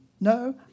No